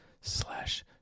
slash